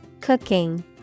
Cooking